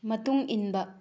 ꯃꯇꯨꯡ ꯏꯟꯕ